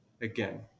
again